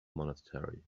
monastery